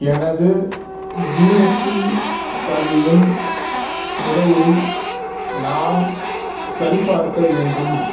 எனது ஜிஎஸ்டி பதிவின் நிலையை நான் சரிப்பார்க்க வேண்டும்